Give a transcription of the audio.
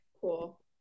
cool